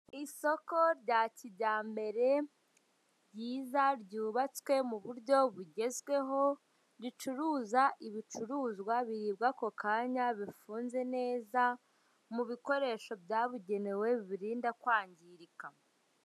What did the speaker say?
Isoko rya kijyambere ryiza ryubatswe mu buryo bugezweho ricuruza ibicuruzwa biribwa ako kanya bifunze neza mu bikoresho byabugenewe bibirinda kwangirika.